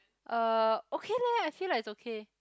uh okay leh I feel like it's okay